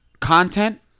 content